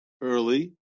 early